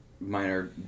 minor